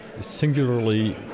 singularly